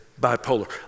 bipolar